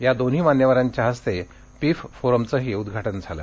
या दोन्ही मान्यवरांच्या हस्ते पिफ फोरमचं उद्घाटनही झालं